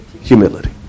Humility